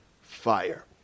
fire